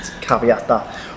caveat